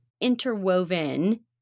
interwoven